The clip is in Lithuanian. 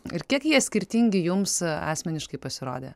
ir kiek jie skirtingi jums asmeniškai pasirodė